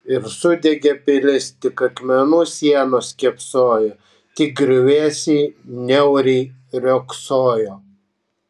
ir sudegė pilis tik akmenų sienos kėpsojo tik griuvėsiai niauriai riogsojo